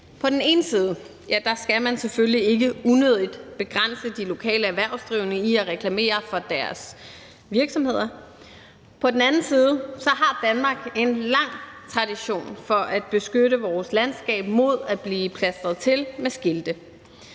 På den ene side skal man selvfølgelig ikke unødigt begrænse de lokale erhvervsdrivende i at reklamere for deres virksomheder. På den anden side har Danmark en lang tradition for at beskytte vores landskab mod at blive plastret til med skilte.